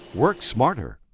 work smarter.